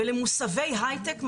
ולמוסבי הייטק מתאימים.